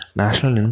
national